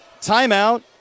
Timeout